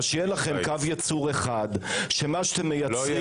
שיהיה לכם קו ייצור אחד שמה שאתם מייצרים